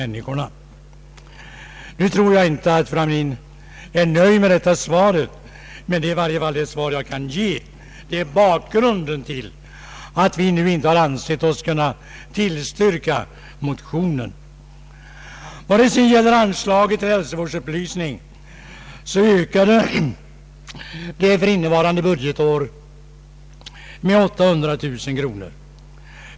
Nu tror jag inte att fru Hamrin-Thorell är nöjd med mitt svar, men detta är det svar jag kan ge. Det är bakgrunden till att utskottet inte ansett sig kunna tillstyrka motionen. Anslaget till hälsovårdsupplysning uppräknades för innevarande budgetår med 800 000 kronor.